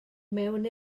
mewn